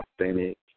authentic